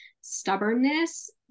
stubbornness